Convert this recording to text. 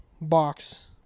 box